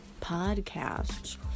podcasts